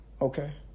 Okay